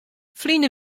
ferline